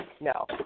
no